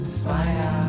smile